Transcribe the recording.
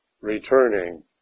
returning